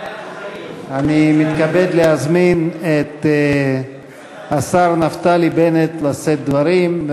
אני מתכבד להזמין את השר נפתלי בנט לשאת דברים.